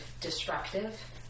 destructive